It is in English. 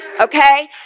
okay